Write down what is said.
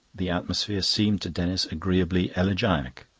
the atmosphere seemed to denis agreeably elegiac.